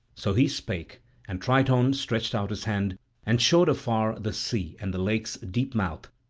so he spake and triton stretched out his hand and showed afar the sea and the lake's deep mouth,